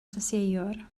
llysieuwr